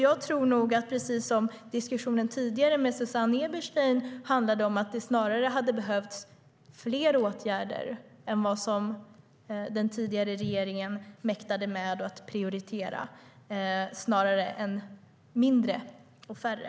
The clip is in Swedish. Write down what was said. Jag tror nog, precis som diskussionen tidigare med Susanne Eberstein handlade om, att det hade behövts fler åtgärder än vad den tidigare regeringen mäktade med att prioritera, snarare än mindre och färre.